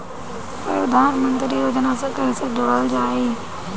प्रधानमंत्री योजना से कैसे जुड़ल जाइ?